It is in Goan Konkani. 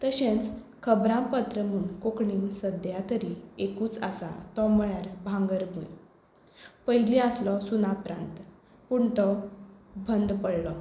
तशेंच खबरां पत्रां म्हूण कोंकणीन सद्याक तरी एकूच आसा तो म्हणल्यार भांगरभूंय पयलीं आसलो सुनाप्रांत पूण तो बंद पडलो